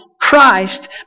Christ